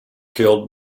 killed